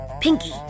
Pinky